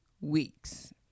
weeks